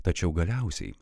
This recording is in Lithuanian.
tačiau galiausiai